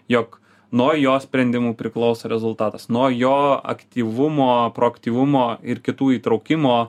jog nuo jo sprendimų priklauso rezultatas nuo jo aktyvumo proaktyvumo ir kitų įtraukimo